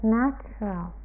natural